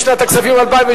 כהצעת הוועדה,